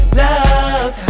love